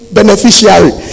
beneficiary